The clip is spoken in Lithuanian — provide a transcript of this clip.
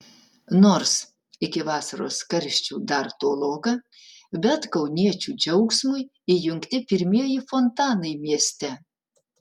nors iki vasaros karščių dar toloka bet kauniečių džiaugsmui įjungti pirmieji fontanai mieste